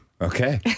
Okay